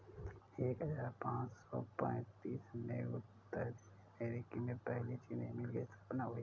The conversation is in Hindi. एक हजार पाँच सौ पैतीस में उत्तरी अमेरिकी में पहली चीनी मिल की स्थापना हुई